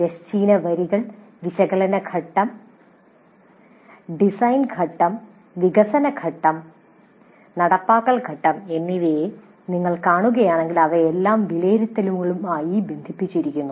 തിരശ്ചീന വരികൾ വിശകലന ഘട്ടം ഡിസൈൻ ഘട്ടം വികസന ഘട്ടം നടപ്പാക്കൽ ഘട്ടം എന്നിവ നിങ്ങൾ കാണുകയാണെങ്കിൽ അവയെല്ലാം വിലയിരുത്തലുമായി ബന്ധിപ്പിച്ചിരിക്കുന്നു